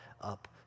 up